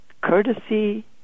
courtesy